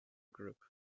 group